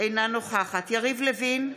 אינה נוכחת יריב לוין,